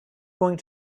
going